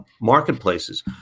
marketplaces